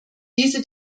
diese